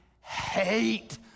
hate